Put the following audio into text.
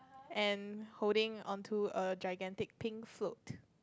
and holding onto a gigantic pink float